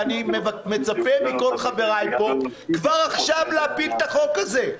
אני מצפה מכל חבריי פה כבר עכשיו להפיל את החוק הזה.